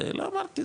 זה לא אמרתי,